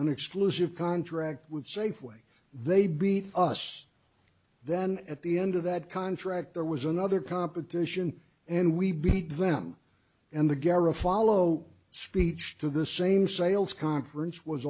an exclusive contract with safeway they beat us then at the end of that contract there was another competition and we beat them and the garofalo speech to the same sales conference was